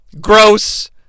gross